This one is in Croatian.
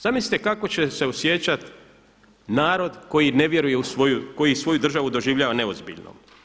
Zamislite kako će se osjećati narod koji ne vjeruje u svoju, koji svoju državu doživljava neozbiljno.